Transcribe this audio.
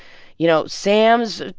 you know, sam's,